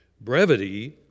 brevity